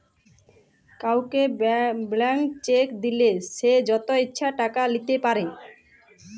কাউকে blank cheque দিলে সে যত ইচ্ছা টাকা লিতে পারে